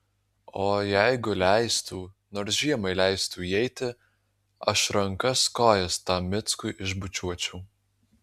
o jeigu leistų nors žiemai leistų įeiti aš rankas kojas tam mickui išbučiuočiau